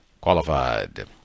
qualified